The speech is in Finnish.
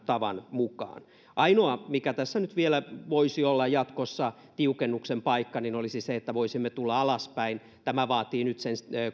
tavan mukaan ainoa mikä tässä nyt vielä voisi olla jatkossa tiukennuksen paikka olisi se että voisimme tulla alaspäin tämä vaatii nyt sen